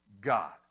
God